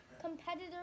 competitor